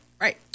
Right